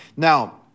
Now